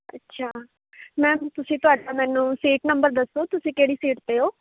ਅੱਛਾ ਮੈਮ ਤੁਸੀਂ ਤੁਹਾਡਾ ਮੈਨੂੰ ਸੀਟ ਨੰਬਰ ਦੱਸੋ ਤੁਸੀਂ ਕਿਹੜੀ ਸੀਟ 'ਤੇ ਹੋ